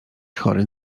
chory